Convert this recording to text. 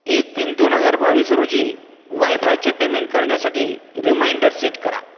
एक तीन दोन हजार बावीस रोजी वायफायचे पेमेंट करण्यासाठी रिमाइंडर सेट करा